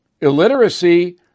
illiteracy